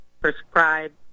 prescribed